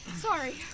Sorry